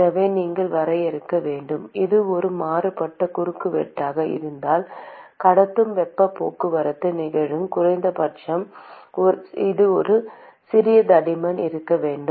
எனவே நீங்கள் வரையறுக்க வேண்டும் இது ஒரு மாறுபட்ட குறுக்குவெட்டாக இருந்தால் கடத்தும் வெப்பப் போக்குவரத்து நிகழும் குறைந்தபட்சம் ஒரு சிறிய தடிமன் இருக்க வேண்டும்